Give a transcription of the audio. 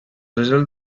result